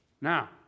Now